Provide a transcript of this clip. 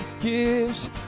gives